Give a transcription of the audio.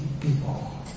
people